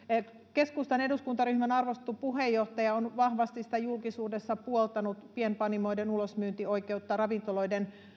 keskustan eduskuntaryhmän arvostettu puheenjohtaja on vahvasti julkisuudessa puoltanut pienpanimoiden ulosmyyntioikeutta ravintoloiden